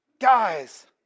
Guys